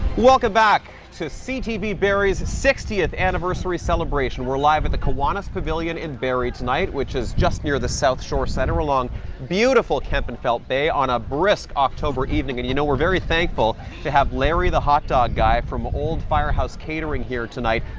welcome back to ctv barrie's sixtieth anniversary celebration. we're live at the kiwanis pavilion in barrie tonight, which is just near the south shore centre, along beautiful kempenfelt bay on a brisk october evening, and you know we're very thankful to have larry the hot dog guy from old firehouse catering here tonight,